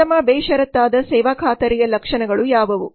ಉತ್ತಮ ಬೇಷರತ್ತಾದ ಸೇವಾ ಖಾತರಿಯ ಲಕ್ಷಣಗಳು ಯಾವುವು